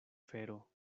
fero